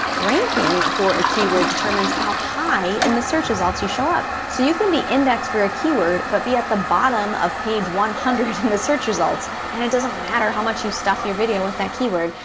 ranking for a keyword determines how high in the search results you show up. so you can be indexed for a keyword but be at the bottom of page one hundred in the search results. and it doesn't matter how much you stuff your video with that keyword,